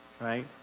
right